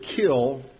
kill